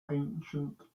ancient